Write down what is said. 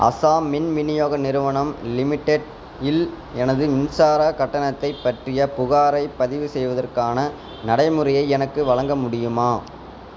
அசாம் மின் விநியோக நிறுவனம் லிமிடெட்டில் எனது மின்சாரக் கட்டணத்தைப் பற்றிய புகாரைப் பதிவு செய்வதற்கான நடைமுறையை எனக்கு வழங்க முடியுமா